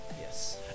yes